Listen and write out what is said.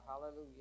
Hallelujah